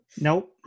Nope